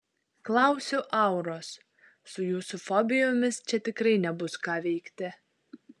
klausiu auros su jūsų fobijomis čia tikrai nebus ką veikti